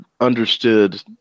understood